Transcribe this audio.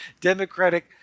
Democratic